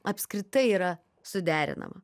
apskritai yra suderinama